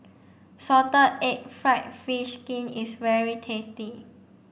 salted egg fried fish skin is very tasty